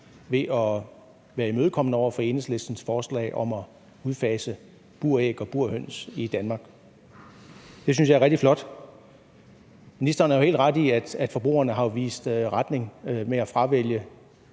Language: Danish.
ved at være imødekommende over for Enhedslistens forslag om at udfase buræg og burhøns i Danmark. Det synes jeg er rigtig flot. Ministeren har jo helt ret i, at forbrugerne har vist retning ved at fravælge